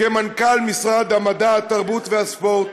כמנכ"ל משרד המדע, התרבות והספורט